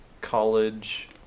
college